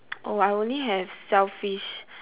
oh I only have shellfish